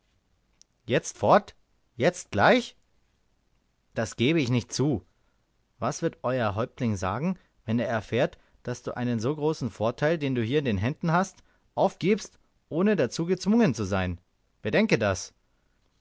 jetzt fort jetzt gleich das gebe ich nicht zu was wird euer häuptling sagen wenn er erfährt daß du einen so großen vorteil den du hier in den händen hast aufgibst ohne dazu gezwungen zu sein bedenke das